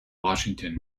washington